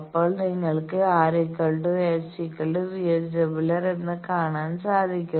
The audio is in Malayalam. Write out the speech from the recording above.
അപ്പോൾ നിങ്ങൾക്ക് RSVSWR എന്ന് കാണാൻ സാധിക്കും